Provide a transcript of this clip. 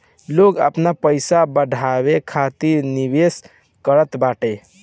लोग आपन पईसा बढ़ावे खातिर निवेश करत बाटे